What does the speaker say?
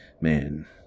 man